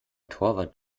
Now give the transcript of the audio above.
torwart